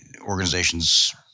organizations